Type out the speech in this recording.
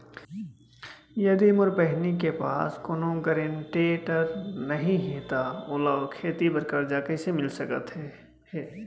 यदि मोर बहिनी के पास कोनो गरेंटेटर नई हे त ओला खेती बर कर्जा कईसे मिल सकत हे?